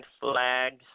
flags